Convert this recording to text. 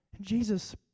Jesus